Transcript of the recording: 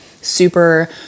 super-